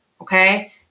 okay